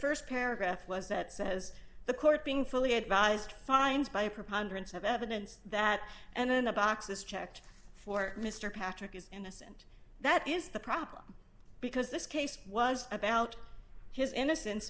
st paragraph was that says the court being fully advised finds by a preponderance of evidence that and in the box is checked for mr patrick is innocent that is the problem because this case was about his innocence